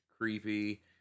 creepy